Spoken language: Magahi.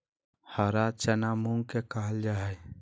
हरा चना मूंग के कहल जा हई